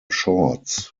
shorts